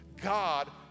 God